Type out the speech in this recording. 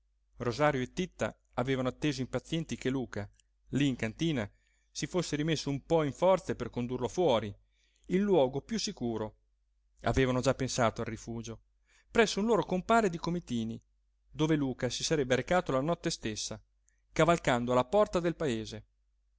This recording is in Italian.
rosario e titta avevano atteso impazienti che luca lí in cantina si fosse rimesso un po in forze per condurlo fuori in luogo piú sicuro avevano già pensato al rifugio presso un loro compare di comitini dove luca si sarebbe recato la notte stessa cavalcando alla porta del paese